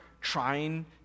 trying